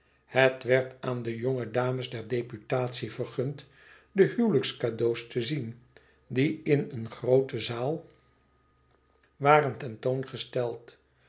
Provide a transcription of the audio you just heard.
het werd aan de jonge dames der deputatie vergund de huwelijkscadeaux te zien die in een groote zaal waren ten toongesteld